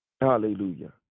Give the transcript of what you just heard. Hallelujah